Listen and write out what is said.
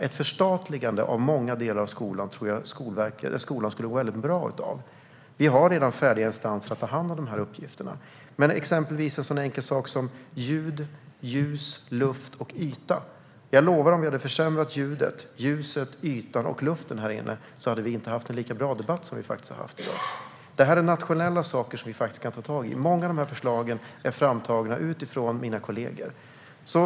Ett förstatligande av många delar av skolan tror jag att skolan skulle må bra av. Vi har redan färdiga instanser som kan ta hand om de här uppgifterna. När det gäller exempelvis sådana enkla saker som ljud, ljus, luft och yta lovar jag att om vi hade försämrat ljudet, ljuset, ytan och luften härinne hade vi inte haft en lika bra debatt som vi har haft i dag. Det här är nationella frågor som vi kan ta tag i. Många av förslagen är framtagna utifrån mina kollegor.